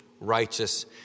righteous